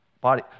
body